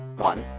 one